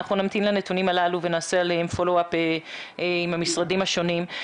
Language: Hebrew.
אנחנו נמתין לנתונים הללו ונעשה עליהם פולו-אפ עם המשרדים השונים.